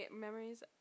memories